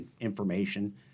information